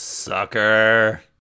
SUCKER